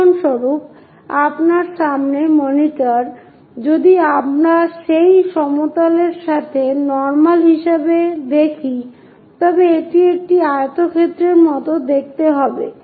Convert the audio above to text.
উদাহরণস্বরূপ আপনার সামনে মনিটর যদি আমরা সেই সমতলের সাথে নরমাল হিসেবে দেখি তবে এটি একটি আয়তক্ষেত্রের মতো দেখতে হবে